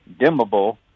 dimmable